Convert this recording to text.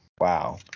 Wow